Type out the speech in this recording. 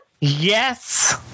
yes